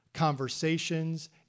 conversations